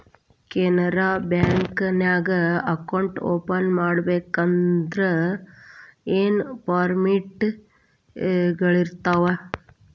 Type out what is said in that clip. Canara bank ನ್ಯಾಗ account open ಮಾಡ್ಬೇಕಂದರ ಯೇನ್ ಫಾರ್ಮಾಲಿಟಿಗಳಿರ್ತಾವ?